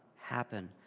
happen